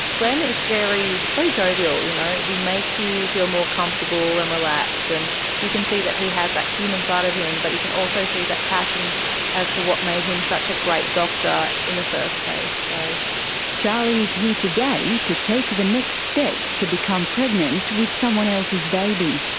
glenn is very very jovial, you know, he makes you feel more comfortable and relaxed, and you can see that he has that human human side of him but you can also see that passion as to what made him such a great doctor in the first place. charli's here today to take the next step to become pregnant with someone else's baby.